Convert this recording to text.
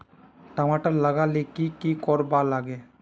टमाटर लगा ले की की कोर वा लागे?